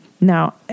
Now